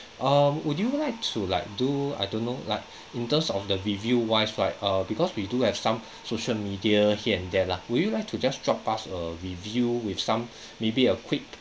err would you like to like do I don't know like in terms of the review wise right err because we do have some social media here and there lah would you like to just drop us a review with some maybe a quick